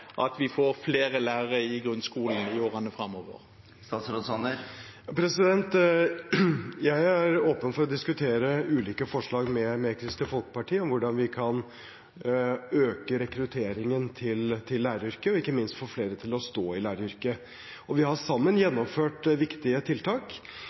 at vi får flere lærere i grunnskolen i årene framover? Jeg er åpen for å diskutere ulike forslag med Kristelig Folkeparti om hvordan vi kan øke rekrutteringen til læreryrket – og ikke minst få flere til å stå i læreryrket. Vi har sammen